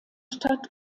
stadt